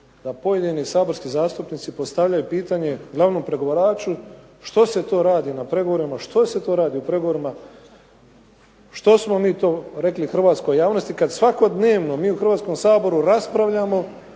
da pojedini saborski zastupnici postavljaju pitanje glavnom pregovaraču što se to radi na pregovorima, što se to radi u pregovorima, što smo mi to rekli hrvatskoj javnosti kada svakodnevno mi u Hrvatskom saboru raspravljamo